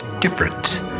different